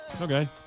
Okay